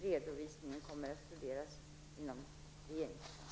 Redovisningen kommer att studeras inom regeringskansliet.